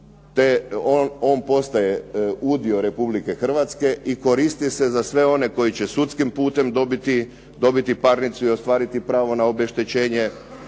On postaje udio Republike Hrvatske i koristi se za sve one koji će sudskim putem dobiti parnicu i ostvariti pravo na obeštećenje.